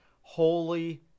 holy